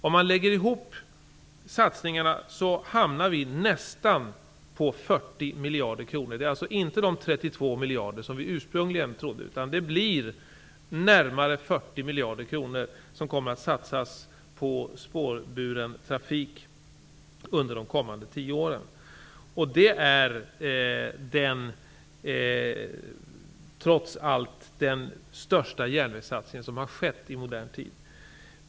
Satsningarna sammanlagt ligger på nästan 40 miljarder kronor -- inte 32 miljarder som vi ursprungligen trodde, utan närmare 40 miljarder kronor kommer att satsas på spårburen trafik under de kommande tio åren. Det är trots allt den största järnvägssatsning som gjorts i modern tid.